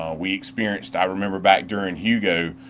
um we experienced, i remember back during hugo,